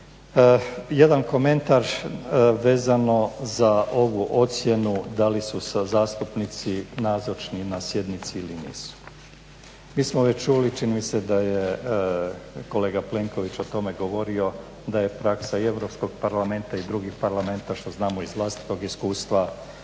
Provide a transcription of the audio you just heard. Jedan komentar vezano za ovu ocjenu da li su zastupnici nazočni na sjednici ili nisu. mi smo već čuli čini mi se da je kolega Plenković o tome govorio da je praksa i Europskog parlamenta i drugih parlamenata što znamo iz vlastitog iskustva,